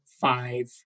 five